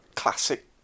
Classic